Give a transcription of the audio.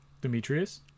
Demetrius